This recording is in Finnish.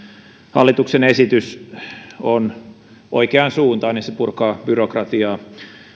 hallituksen esitys on oikeansuuntainen ja se purkaa byrokratiaa